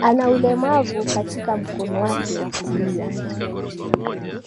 Ana ulemavu katika mkono wake wa kulia.